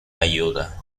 ayuda